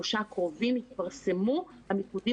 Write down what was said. שלושה ימים הקרובים יתפרסמו המיקודים